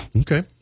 Okay